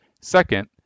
Second